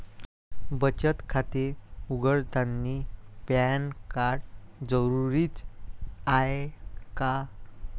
बचत खाते उघडतानी पॅन कार्ड जरुरीच हाय का?